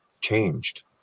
changed